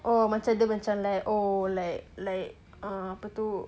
oh macam dia macam like oh like like ah ape tu